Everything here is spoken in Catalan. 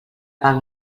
pague